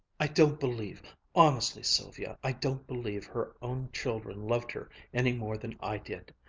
i don't believe honestly, sylvia, i don't believe her own children loved her any more than i did.